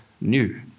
new